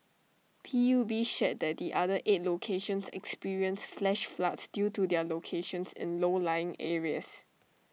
P U B shared that the other eight locations experienced flash floods due to their locations in low lying areas